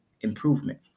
improvement